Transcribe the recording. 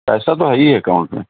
پیسہ تو ہے ہی اکاؤنٹ میں